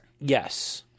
yes